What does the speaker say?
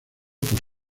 por